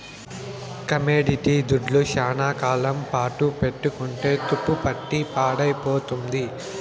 commodity దుడ్లు శ్యానా కాలం పాటు పెట్టుకుంటే తుప్పుపట్టి పాడైపోతుంది